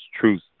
truth